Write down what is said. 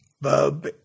Bub